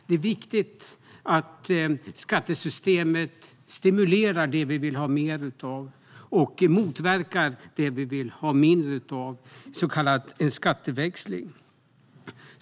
Det är viktigt att skattesystemet stimulerar det vi vill ha mer av och motverkar det vi vill ha mindre av, en så kallad skatteväxling.